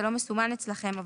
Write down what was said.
זה לא מסומן אצלכם,